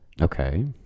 Okay